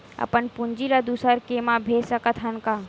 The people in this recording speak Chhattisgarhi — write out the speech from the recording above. अपन पूंजी ला दुसर के मा भेज सकत हन का?